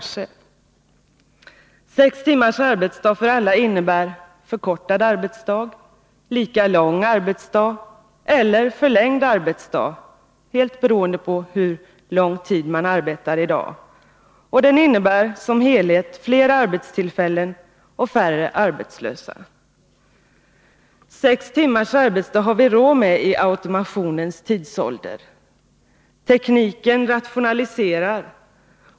Sex timmars arbetsdag för alla innebär förkortad arbetsdag, lika lång arbetsdag eller förlängd arbetsdag, helt beroende på hur lång tid man arbetar i dag. Den innebär som helhet flera arbetstillfällen och färre arbetslösa. Sex timmars arbetsdag har vi råd med i automationens tidsålder. Tekniken rationaliserar.